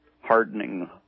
hardening